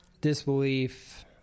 disbelief